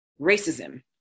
racism